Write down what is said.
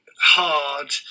hard